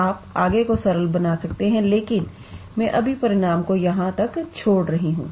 आप आगे को सरल बना सकते हैं लेकिन मैं अभी परिणाम को यहां तक छोड़ रही हूं